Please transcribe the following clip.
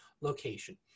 location